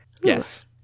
yes